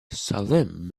salim